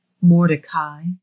Mordecai